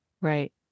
Right